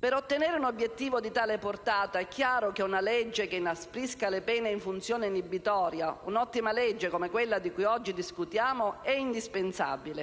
Per ottenere un obiettivo di tale portata è chiaro che una legge che inasprisca le pene in funzione inibitoria - un'ottima legge come quella di cui oggi discutiamo - è indispensabile.